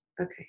Okay